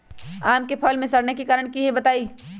आम क फल म सरने कि कारण हई बताई?